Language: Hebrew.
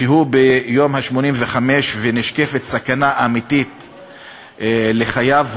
כשהוא ביום ה-85 ונשקפת סכנה אמיתית לחייו,